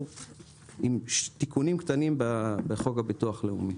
עם תיקונים קטנים בחוק הביטוח הלאומי.